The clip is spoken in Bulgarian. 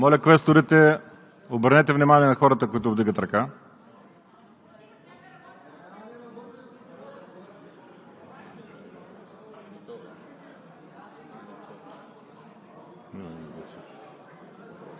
Моля, квесторите, обърнете внимание на хората, които вдигат ръка.